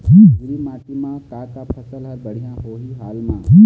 पिवरी माटी म का का फसल हर बढ़िया होही हाल मा?